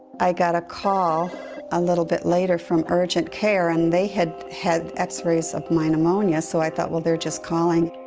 i got a call a little bit later from urgent care, and they had had x-rays of my pneumonia, so i thought, well, they're just calling.